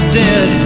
dead